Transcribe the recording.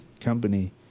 company